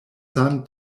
son